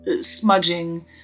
smudging